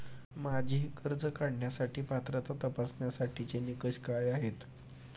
माझी कर्ज काढण्यासाठी पात्रता तपासण्यासाठीचे निकष काय आहेत?